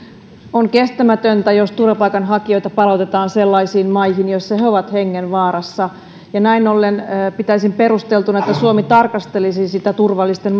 on kestämätöntä jos turvapaikanhakijoita palautetaan sellaisiin maihin joissa he he ovat hengenvaarassa ja näin ollen pitäisin perusteltuna että suomi tarkastelisi sitä turvallisten